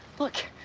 look,